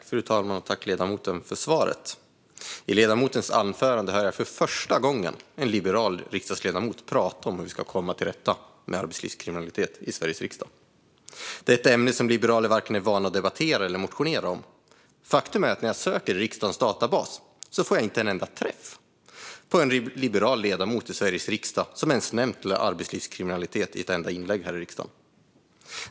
Fru talman! Tack, ledamoten, för svaret! I ledamotens anförande hörde jag för första gången en liberal riksdagsledamot prata i Sveriges riksdag om hur vi ska komma till rätta med arbetslivskriminaliteten. Det är ett ämne som liberaler inte är vana att vare sig debattera eller motionera om. Faktum är att när jag söker i riksdagens databas får jag inte en enda träff på en liberal ledamot i Sveriges riksdag som ens nämnt arbetslivskriminalitet i ett inlägg här i riksdagen.